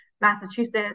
Massachusetts